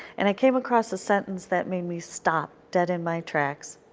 and i came across a sentence that made me stop dead in my tracks.